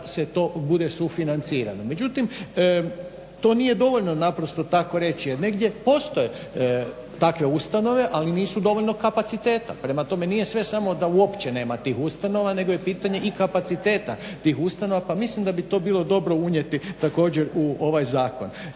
da se to bude sufinanciralo. Međutim to nije dovoljno naprosto to tako reći jer negdje postoje takve ustanove ali nisu dovoljnog kapaciteta, dakle nije sve samo da uopće nema tih ustanova nego je pitanje i kapaciteta tih ustanova pa mislim da bi to bilo dobro unijeti također u ovaj zakon.